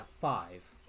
five